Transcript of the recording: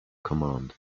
command